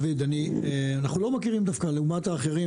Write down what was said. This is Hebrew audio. דוד, אנחנו לא מכירים, לעומת האחרים